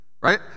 right